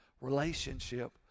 relationship